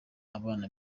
abana